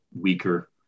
weaker